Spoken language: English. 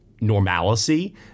normalcy